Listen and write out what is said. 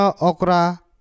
okra